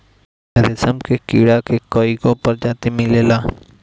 रेशम के कीड़ा के कईगो प्रजाति मिलेला